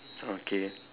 okay